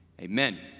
amen